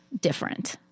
different